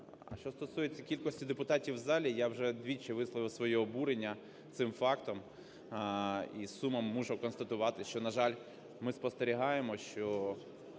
Що стосується кількості депутатів в залі, я вже двічі висловив своє обурення цим фактом, і з сумом мушу констатувати, що, на жаль, ми спостерігаємо, що